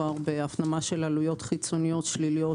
מצוין גם בהפנמה של עלויות חיצוניות שליליות